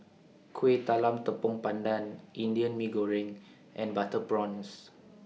Kueh Talam Tepong Pandan Indian Mee Goreng and Butter Prawns